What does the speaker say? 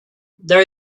there